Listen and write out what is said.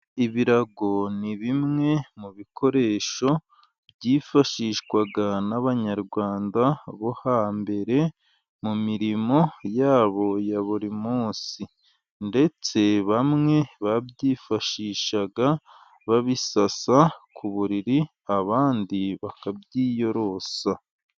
Ibirago ni bimwe mu bikoresho byifashishwaga n'Abanyarwanda, bo hambere, mu mirimo yabo ya buri munsi ndetse bamwe babyifashishaga, babisasa ku buriri, abandi bakabyiyorosa.